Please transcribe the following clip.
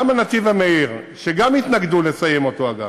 גם בנתיב המהיר, שהתנגדו גם לסיים אותו, אגב,